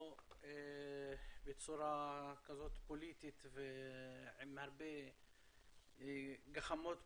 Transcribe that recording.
בצורה כזאת פוליטית ועם הרבה גחמות פוליטיות.